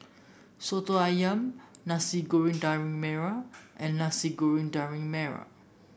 soto ayam Nasi Goreng Daging Merah and Nasi Goreng Daging Merah